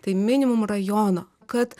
tai minimum rajono kad